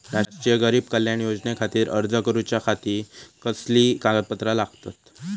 राष्ट्रीय गरीब कल्याण योजनेखातीर अर्ज करूच्या खाती कसली कागदपत्रा लागतत?